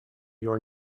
your